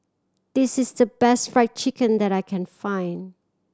this is the best Fried Chicken that I can find